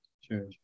Sure